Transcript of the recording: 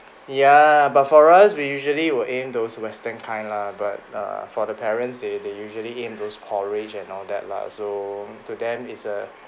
ya but for us we usually will aim those western kind lah but err for the parents they they usually aim those porridge and all that lah so to them it's a